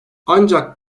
ancak